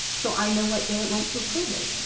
so i know what day it went through probate.